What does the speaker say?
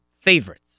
favorites